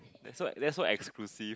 that's what that's what exclusive